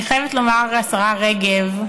אני חייבת לומר, השרה רגב,